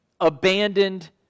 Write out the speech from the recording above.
abandoned